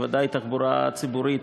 בוודאי תחבורה ציבורית,